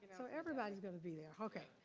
so everybody's gonna be there. okay,